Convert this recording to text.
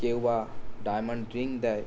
কেউ বা diamond ring দেয়